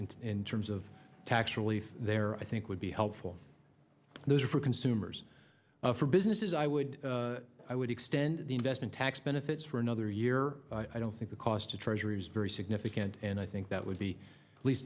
in terms of tax relief there i think would be helpful those are for consumers for businesses i would i would extend the investment tax benefits for another year i don't think the cost of treasury is very significant and i think that would be at least